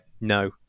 no